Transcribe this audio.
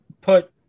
put